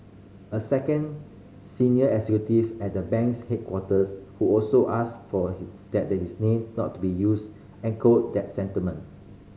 a second senior executive at the bank's headquarters who also asked for that his name not be used echoed that sentiment